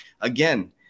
Again